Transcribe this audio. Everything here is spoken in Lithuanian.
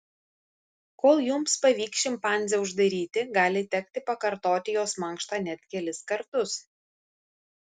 kol jums pavyks šimpanzę uždaryti gali tekti pakartoti jos mankštą net kelis kartus